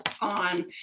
on